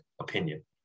opinion